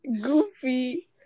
goofy